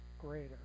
greater